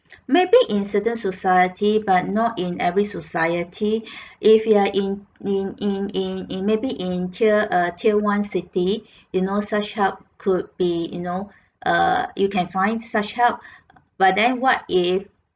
maybe in certain society but not in every society if you are in in in in in maybe in tier err tier one city you know such help could be you know err you can find such help but then what if